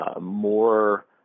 more